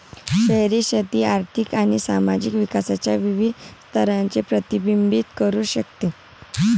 शहरी शेती आर्थिक आणि सामाजिक विकासाच्या विविध स्तरांचे प्रतिबिंबित करू शकते